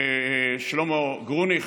ושלמה גרוניך,